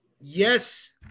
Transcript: yes